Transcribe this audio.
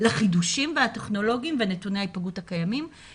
לחידושים הטכנולוגיים ונתוני ההיפגעות הקיימים;